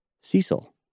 Cecil